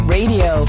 Radio